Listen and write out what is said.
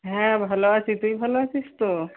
হ্যাঁ ভালো আছি তুই ভালো আছিস তো